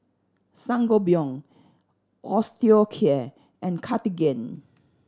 Sangobion Osteocare and Cartigain